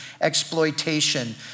exploitation